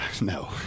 no